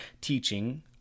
teaching